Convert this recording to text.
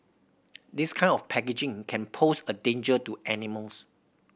this kind of packaging can pose a danger to animals